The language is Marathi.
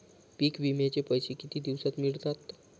पीक विम्याचे पैसे किती दिवसात मिळतात?